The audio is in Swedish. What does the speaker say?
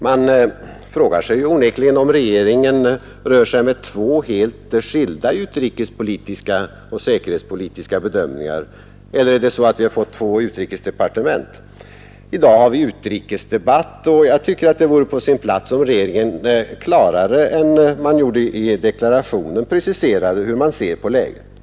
Man undrar onekligen om regeringen rör sig med två helt skilda utrikespolitiska bedömningar. Eller är det så att vi har fått två utrikesdepartement? I dag har vi utrikesdebatt, och jag tycker att det vore på sin plats att regeringen klarare än i deklarationen preciserade hur man ser på läget.